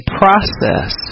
process